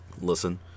listen